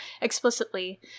explicitly